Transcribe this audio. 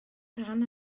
rhan